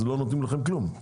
אז לא נותנים לכם כלום,